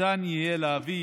ניתן יהיה להביא